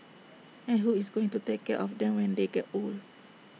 and who is going to take care of them when they get old